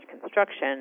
construction